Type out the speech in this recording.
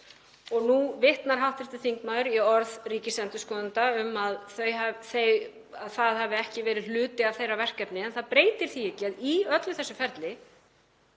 Nú vitnar hv. þingmaður í orð ríkisendurskoðanda um að það hafi ekki verið hluti af þeirra verkefni, en það breytir því ekki að í öllu þessu ferli